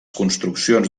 construccions